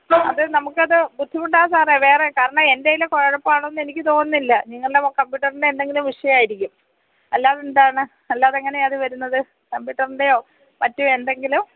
അത് നമുക്കത് ബുദ്ധിമുട്ടാ സാറേ വേറെ കാരണം എന്റേലെ കുഴപ്പം ആണെന്ന് എനിക്ക് തോന്നുന്നില്ല നിങ്ങളുടെ കമ്പ്യൂട്ടറിന്റെ എന്തെങ്കിലും വിഷയം ആയിരിക്കും അല്ലാതെ എന്താണ് അല്ലാതെങ്ങനയാണ് അത് വരുന്നത് കമ്പ്യൂട്ടറിന്റെയോ മറ്റ് എന്തെങ്കിലും